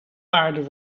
paarden